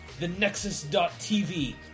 thenexus.tv